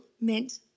meant